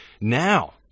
now